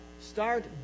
Start